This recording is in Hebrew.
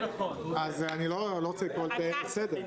אני לא רוצה לקרוא ליאיר לסדר.